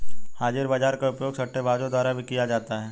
हाजिर बाजार का उपयोग सट्टेबाजों द्वारा भी किया जाता है